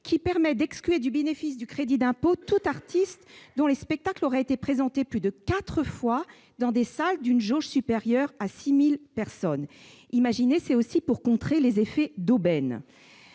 permettant d'exclure du bénéfice du crédit d'impôt tout artiste dont les spectacles auraient été présentés plus de quatre fois dans des salles d'une jauge supérieure à 6 000 personnes. Le but est de contrer les effets d'aubaine.